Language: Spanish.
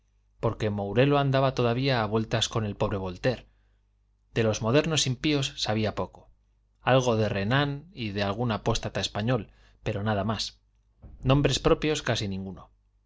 porque mourelo andaba todavía a vueltas con el pobre voltaire de los modernos impíos sabía poco algo de renan y de algún apóstata español pero nada más nombres propios casi ninguno